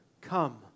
come